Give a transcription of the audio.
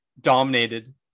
dominated